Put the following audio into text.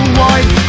white